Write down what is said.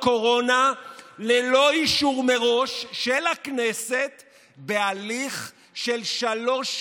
קורונה ללא אישור מראש של הכנסת בהליך של שלוש קריאות.